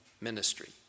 ministry